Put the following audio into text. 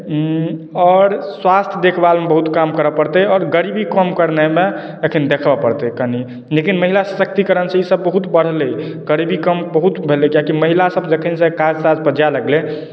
आओर स्वास्थ्य देखभालमे बहुत काम करय पड़तै आओर गरीबी कम करनाइमे एखन देखय पड़तै कनि लेकिन महिला सशक्तिकरणसँ ई सभ बहुत बढ़लै गरीबी कम बहुत भेलै कियाकि महिलासभ जखनसँ काज ताजपर जाए लगलै